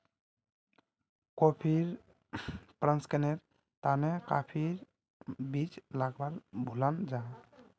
कॉफ़ीर प्रशंकरनेर तने काफिर बीज लाक भुनाल जाहा